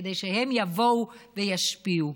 כדי שהם יבואו וישפיעו.